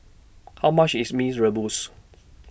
How much IS Mee's Rebus